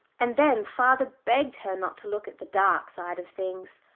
and then father begged her not to look at the dark side of things.